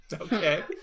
Okay